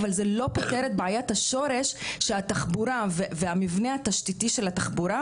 אבל זה לא פותר את בעיית השורש שהתחבורה והמבנה התשתיתי של התחבורה,